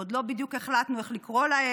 עוד לא בדיוק החלטנו איך לקרוא להם,